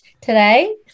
today